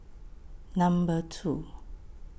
Number two